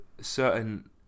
certain